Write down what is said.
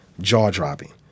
jaw-dropping